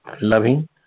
loving